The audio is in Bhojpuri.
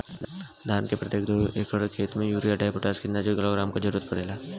धान के प्रत्येक दो एकड़ खेत मे यूरिया डाईपोटाष कितना किलोग्राम क जरूरत पड़ेला?